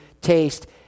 taste